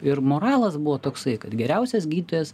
ir moralas buvo toksai kad geriausias gydytojas